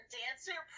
dancer